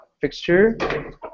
fixture